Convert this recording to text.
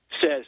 says